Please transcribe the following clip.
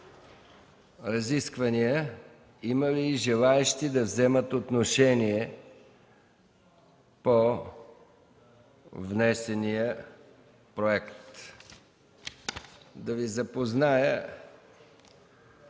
Нинова. Има ли желаещи да вземат отношение по внесения проект? Да Ви запозная